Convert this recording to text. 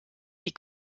die